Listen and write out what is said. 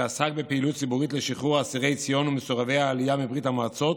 שעסק בפעילות ציבורית לשחרור אסירי ציון ומסורבי העלייה מברית המועצות,